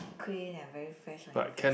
clean and very fresh like your face